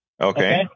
Okay